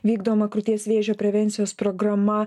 vykdoma krūties vėžio prevencijos programa